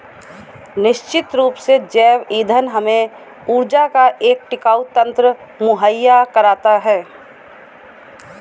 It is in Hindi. निश्चित रूप से जैव ईंधन हमें ऊर्जा का एक टिकाऊ तंत्र मुहैया कराता है